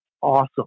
awesome